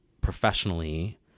professionally